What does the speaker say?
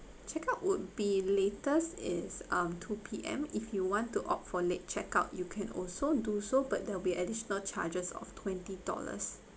check out would be latest is um two P_M if you want to opt for late check out you can also do so but there will be additional charges of twenty dollars